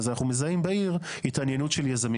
אז אנחנו מזהים בעיר התעניינות של יזמים.